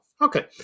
Okay